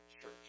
church